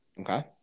Okay